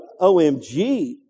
OMG